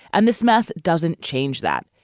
and this mess doesn't change that.